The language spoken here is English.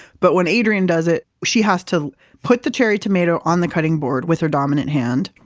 but when adrian does it, she has to put the cherry tomato on the cutting board with her dominant hand,